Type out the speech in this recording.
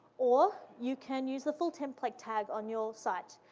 or you can use the full template tag on your site,